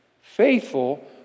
Faithful